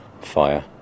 fire